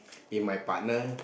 if my partner